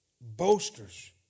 Boasters